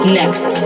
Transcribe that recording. next